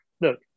look